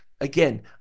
Again